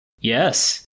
yes